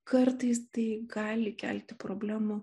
kartais tai gali kelti problemų